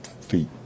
feet